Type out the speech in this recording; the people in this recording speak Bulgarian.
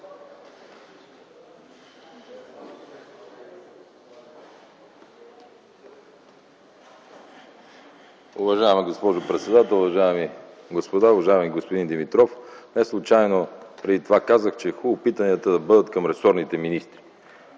Уважаема госпожо председател, уважаеми господа, уважаеми господин Димитров! Неслучайно преди това казах, че е хубаво питанията да бъдат към ресорните министри.